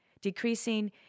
Decreasing